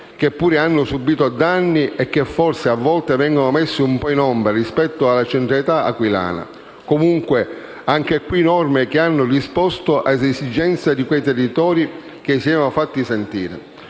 che pure hanno subito danni e che forse, a volte, vengono messi un po' in ombra rispetto alla centralità aquilana. Comunque, anche qui norme che hanno risposto ad esigenze di quei territori che si erano fatti sentire.